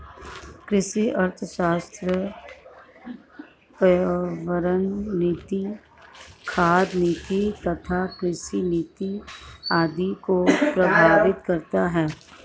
कृषि अर्थशास्त्र पर्यावरण नीति, खाद्य नीति तथा कृषि नीति आदि को प्रभावित करता है